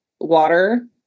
water